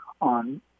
on